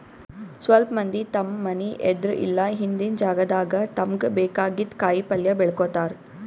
ಸ್ವಲ್ಪ್ ಮಂದಿ ತಮ್ಮ್ ಮನಿ ಎದ್ರ್ ಇಲ್ಲ ಹಿಂದಿನ್ ಜಾಗಾದಾಗ ತಮ್ಗ್ ಬೇಕಾಗಿದ್ದ್ ಕಾಯಿಪಲ್ಯ ಬೆಳ್ಕೋತಾರ್